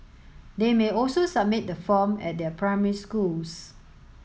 they may also submit the form at their primary schools